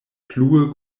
plue